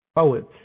Poets